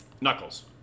Knuckles